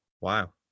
Wow